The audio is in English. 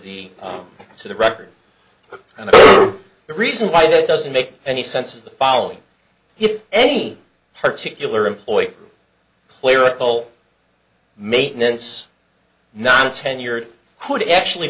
the to the record and the reason why that doesn't make any sense of the following if any particular employee clerical maintenance non tenured could actually